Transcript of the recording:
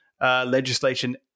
legislation